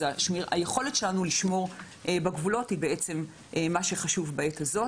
היכולת שלנו לשמור בגבולות היא מה שחשוב בעת הזאת.